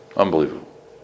Unbelievable